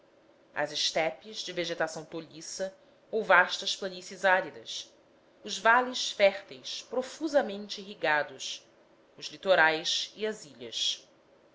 as estepes de vegetação tolhiça ou vastas planícies áridas os vales férteis profusamente irrigados os litorais e as ilhas